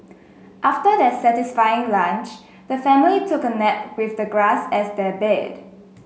after their satisfying lunch the family took a nap with the grass as their bed